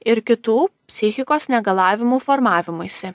ir kitų psichikos negalavimų formavimuisi